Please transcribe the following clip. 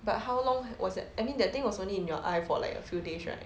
but how long was that I mean that thing was only in your eye for like a few days right